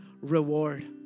reward